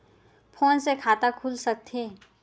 Phone से खाता खुल सकथे?